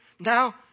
Now